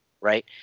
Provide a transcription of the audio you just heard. right